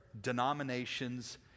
denominations